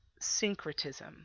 syncretism